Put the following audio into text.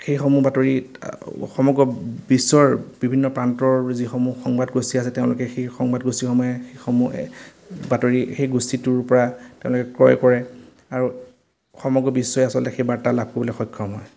সেইসমূহ বাতৰিত সমগ্ৰ বিশ্বৰ বিভিন্ন প্ৰান্তৰ যিসমূহ সংবাদ গোষ্ঠী আছে তেওঁলোকে সেই সংবাদ গোষ্ঠীসমূহে সমূহে বাতৰি সেই গোষ্ঠীটোৰ পৰা তেওঁলোকে ক্ৰয় কৰে আৰু সমগ্ৰ বিশ্বই আচলতে সেই বাৰ্তা লাভ কৰিবলৈ সক্ষম হয়